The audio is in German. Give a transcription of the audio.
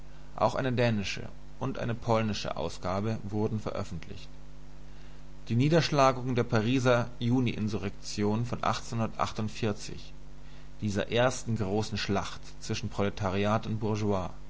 auch eine dänische und eine polnische ausgabe wurden veröffentlicht die niederschlagung der pariser juni insurrektion von dieser ersten großen schlacht zwischen proletariat und